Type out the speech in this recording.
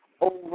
over